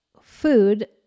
food